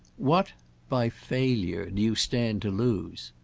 what by failure do you stand to lose?